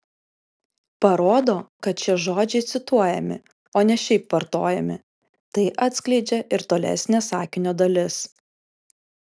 parodo kad šie žodžiai cituojami o ne šiaip vartojami tai atskleidžia ir tolesnė sakinio dalis